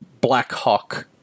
Blackhawk